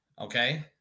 Okay